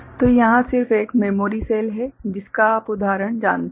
तो यहाँ सिर्फ एक मेमोरी सेल है जिसका आप उदाहरण जानते हैं